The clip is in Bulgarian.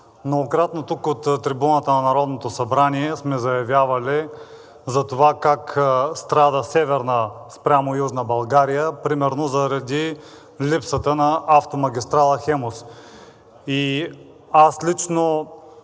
Многократно тук от трибуната на Народното събрание сме заявявали за това как страда Северна спрямо Южна България примерно заради липсата на автомагистрала „Хемус“. И аз лично